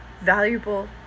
valuable